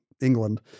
England